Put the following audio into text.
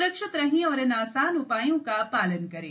सुरक्षित रहें और इन आसान उपायों का पालन करें